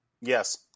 Yes